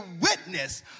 witness